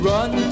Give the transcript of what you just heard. Run